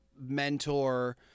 mentor